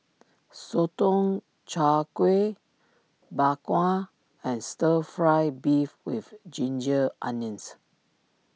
Sotong Char Kway Bak Kwa and Stir Fry Beef with Ginger Onions